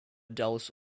dallas